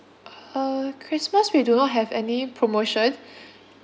uh christmas we do not have any promotion